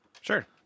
Sure